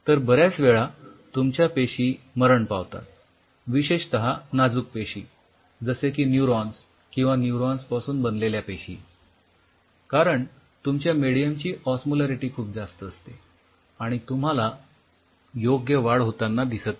तर बऱ्याच वेळा तुमच्या पेशी मरण पावतात विशेषतः नाजूक पेशी जसे की न्यूरॉन्स किंवा न्यूरॉन्स पासून बनलेल्या पेशी कारण तुमच्या मेडीयमची ओस्मोलॅरिटी खूप जास्त असते आणि तुम्हाला योग्य वाढ होतांना दिसत नाही